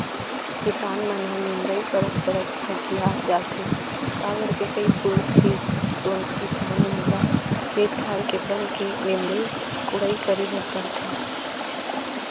किसान मन ह निंदई करत करत हकिया जाथे काबर के कई पुरूत के तो किसान मन ल खेत खार के बन के निंदई कोड़ई करे बर परथे